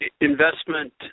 investment